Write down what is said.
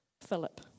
Philip